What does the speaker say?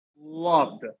loved